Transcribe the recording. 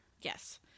Yes